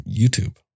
YouTube